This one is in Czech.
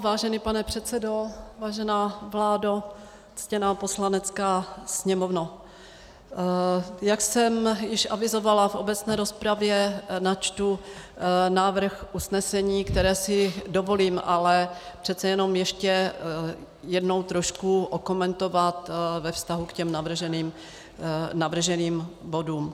Vážený pane předsedo, vážená vládo, ctěná Poslanecká sněmovno, jak jsem již avizovala v obecné rozpravě, načtu návrh usnesení, které si dovolím ale přece jenom ještě jednou trošku okomentovat ve vztahu k navrženým bodům.